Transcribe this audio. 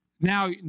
now